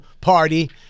party